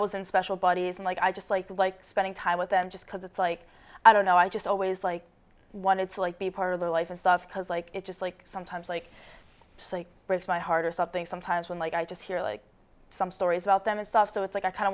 was in special bodies and like i just like like spending time with them just because it's like i don't know i just always like one it's like be part of their life and stuff because like it just like sometimes like breaks my heart or something sometimes when like i just hear like some stories about them and stuff so it's like i kind